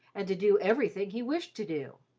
and to do everything he wished to do.